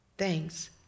Thanks